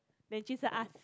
then jun sheng ask